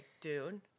dude